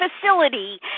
facility